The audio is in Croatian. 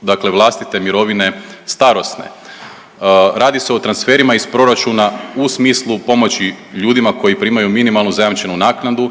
dakle vlastite mirovine starosne, radi se o transferima iz proračuna u smislu pomoći ljudima koji primaju minimalnu zajamčenu naknadu,